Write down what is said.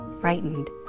Frightened